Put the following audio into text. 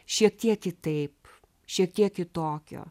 šiek tiek kitaip šiek tiek kitokio